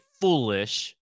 foolish